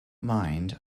mind